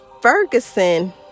Ferguson